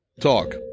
talk